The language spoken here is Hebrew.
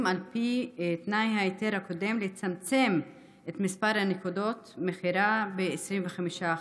על פי תנאי ההיתר הקודם לצמצם את מספר נקודות המכירה ב-25%?